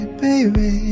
baby